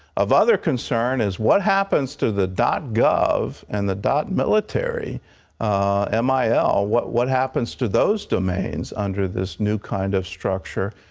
of another concern is what happens to the dot-gov, and the dot-military um ah what what happens to those domains under this new kind of structure?